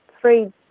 three